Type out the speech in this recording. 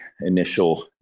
initial